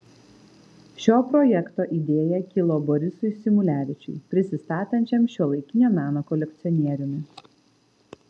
šio projekto idėja kilo borisui symulevičiui prisistatančiam šiuolaikinio meno kolekcionieriumi